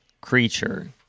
creature